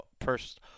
first